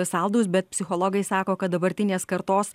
saldūs bet psichologai sako kad dabartinės kartos